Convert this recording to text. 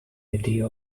idea